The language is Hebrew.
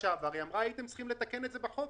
היא אמרה שהיינו צריכים לתקן את זה בחוק.